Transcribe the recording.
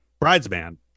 bridesman